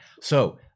So-